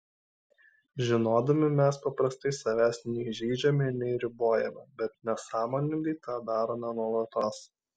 žinodami mes paprastai savęs nei žeidžiame nei ribojame bet nesąmoningai tą darome nuolatos